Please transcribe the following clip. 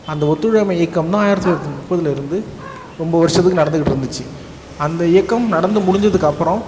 அந்த ஒத்துழையாமை இயக்கம் ஆயிரத்தி தொள்ளாயிரத்தி முப்பதில் இருந்து ரொம்ப வருடத்துக்கு நடந்துக்கிட்டு இருந்துச்சு அந்த இயக்கம் நடந்து முடிஞ்சதுக்கு அப்புறம்